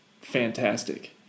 Fantastic